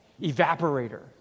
evaporator